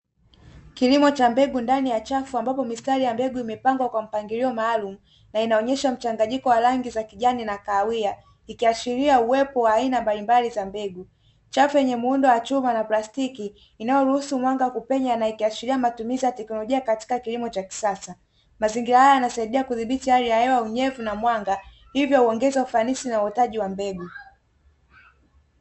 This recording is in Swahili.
Kilimo cha mbegu ndani ya chafu ambapo mistari ya mbegu imepangwa kwa mpangilio maalum na inaonyesha mchanganyiko wa rangi za kijani na kawia ikiashiria uwepo wa aina mbalimbali za mbegu, chafu yenye muundo wa chuma na plastiki inayoruhusu mwanga kupenya na ikiashiria matumizi ya teknolojia katika kilimo cha kisasa, mazingira haya yanasaidia kudhibiti hali ya hewa unyevu na mwanga hivyo uongeze ufanisi na utaji wa mbegu.